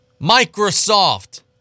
Microsoft